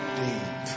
deep